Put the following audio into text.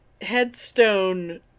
headstone